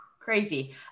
Crazy